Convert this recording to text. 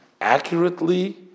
accurately